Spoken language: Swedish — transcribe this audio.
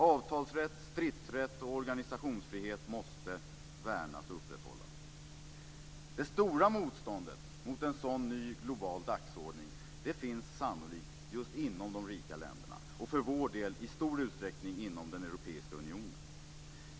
Avtalsrätt, stridsrätt och organisationsfrihet måste värnas och upprätthållas. Det stora motståndet mot en sådan ny global dagordning finns sannolikt inom de rika länderna och för vår del i stor utsträckning inom den europeiska unionen.